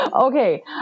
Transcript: Okay